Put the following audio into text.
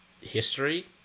history